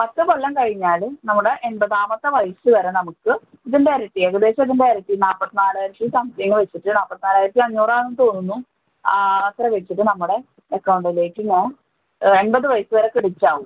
പത്ത് കൊല്ലം കഴിഞ്ഞാൽ നമ്മുടെ എൺപതാമത്തെ വയസ്സുവരെ നമുക്ക് ഇതിൻ്റെ ഇരട്ടി ഏകദേശം ഇതിൻ്റെ ഇരട്ടി നാല്പത്തിനാലായിരത്തി സംത്തിങ്ങ് വച്ചിട്ട് നാല്പത്തിനാലായിരത്തി അഞ്ഞൂറ് ആണെന്ന് തോന്നുന്നു അത്ര വച്ചിട്ട് നമ്മുടെ അക്കൗണ്ടിലേക്ക് ഉള്ള എൺപത് വയസ്സുവരെ ക്രെഡിറ്റ് ആവും